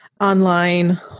online